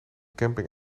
camping